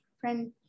Friend